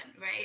right